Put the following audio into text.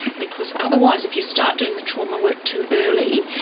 because otherwise if you start doing the trauma work too early,